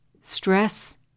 stress